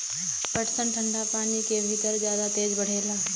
पटसन ठंडा पानी के भितर जादा तेज बढ़ेला